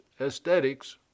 aesthetics